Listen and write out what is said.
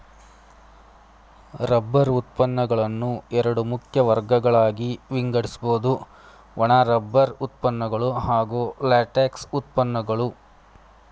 rubber ಉತ್ಪನ್ನಗಳನ್ನು ಎರಡು ಮುಖ್ಯ ವರ್ಗಗಳಾಗಿ ವಿಂಗಡಿಸ್ಬೋದು ಒಣ ರಬ್ಬರ್ ಉತ್ಪನ್ನಗಳು ಹಾಗೂ ಲ್ಯಾಟೆಕ್ಸ್ ಉತ್ಪನ್ನಗಳು